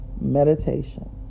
Meditation